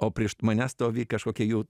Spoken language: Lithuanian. o prieš mane stovi kažkokia jau